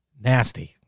Nasty